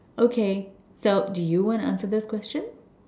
okay so do you wanna answer this question